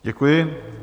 Děkuji.